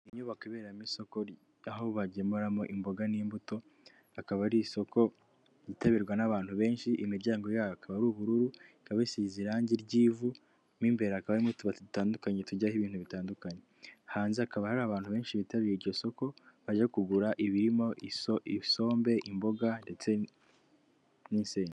Inyubako iberamo isoko aho bagemuramo imboga n'imbuto, akaba ari isoko ryitabirwa n'abantu benshi, imiryango yabo ikaba ari ubururu, ikaba isize irangi ry'ivu, mo imbere akaba n'utubati dutandukanye tujyaho ibintu bitandukanye, hanze hakaba hari abantu benshi bitabiye iryo soko bajya kugura ibirimo isombe, imboga ndetse n'isenda.